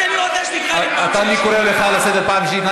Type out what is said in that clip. אני קורא אותך לסדר פעם שלישית.